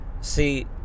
See